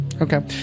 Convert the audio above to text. Okay